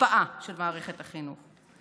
הקפאה של מערכת החינוך.